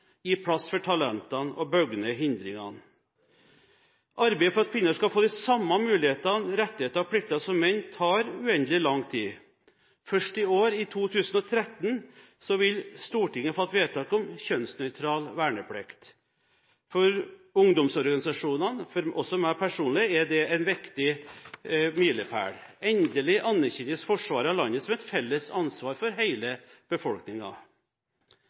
gi plass for talentene og bygge ned hindringene. Arbeidet for at kvinner skal få de samme muligheter, rettigheter og plikter som menn tar uendelig lang tid. Først i år, i 2013, vil Stortinget fatte vedtak om kjønnsnøytral verneplikt. For ungdomsorganisasjonene og også for meg personlig er dette en viktig milepæl – endelig anerkjennes forsvaret av landet som et felles ansvar for